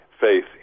faith